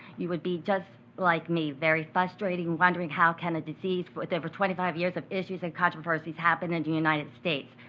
you would be just like me, very frustrated and wondering how can a disease but with over twenty five years of issues and controversies happen in and the united states.